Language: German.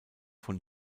von